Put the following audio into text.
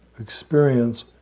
experience